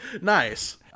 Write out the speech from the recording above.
Nice